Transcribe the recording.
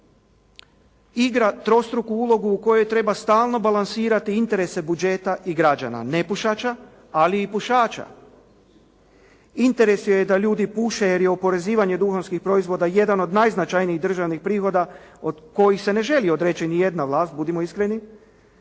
igra trostruku ulogu u kojoj treba stalno balansirati interese budžeta i građana nepušača ali i pušača. Interes joj je da ljudi puše jer je oporezivanje duhanskih proizvoda jedan od najznačajnijih državnih prihoda od, kojih se ne želi odreći ni jedna vlast budimo iskreni.